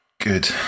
Good